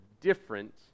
different